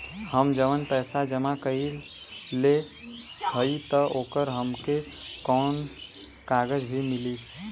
हम जवन पैसा जमा कइले हई त ओकर हमके कौनो कागज भी मिली?